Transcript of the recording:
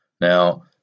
Now